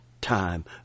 time